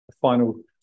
final